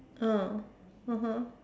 ah (uh huh)